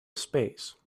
space